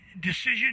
Decision